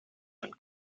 and